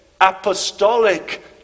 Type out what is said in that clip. apostolic